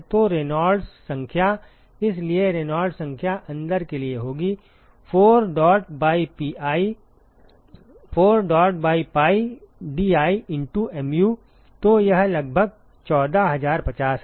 तो रेनॉल्ड्स संख्या इसलिए रेनॉल्ड्स संख्या अंदर के लिए होगी 4 mdot by pi di into mu तो यह लगभग 14050 है